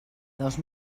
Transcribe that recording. dos